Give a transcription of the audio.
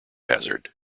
hazard